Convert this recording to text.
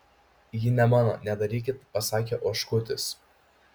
ji ne mano nedarykit pasakė oškutis